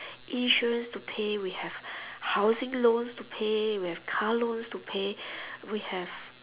insurance to pay we have housing loans to pay we have car loans to pay we have